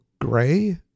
gray